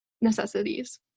necessities